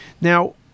Now